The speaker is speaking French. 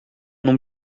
non